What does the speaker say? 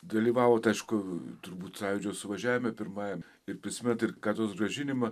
dalyvavote aišku turbūt sąjūdžio suvažiavime pirmajam ir prisimenat ir katedros grąžinimą